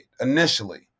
initially